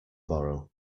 borrow